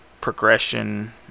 progression